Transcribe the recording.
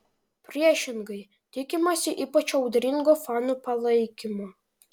priešingai tikimasi ypač audringo fanų palaikymo